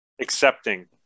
accepting